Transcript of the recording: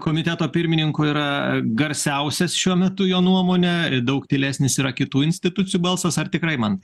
komiteto pirmininko yra garsiausias šiuo metu jo nuomone daug tylesnis yra kitų institucijų balsas ar tikrai mantai